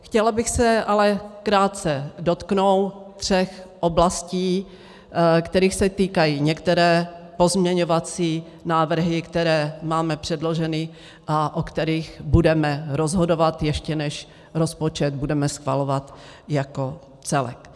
Chtěla bych se ale krátce dotknout tří oblastí, kterých se týkají některé pozměňovací návrhy, které máme předloženy a o kterých budeme rozhodovat, ještě než rozpočet budeme schvalovat jako celek.